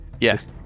Yes